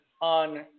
on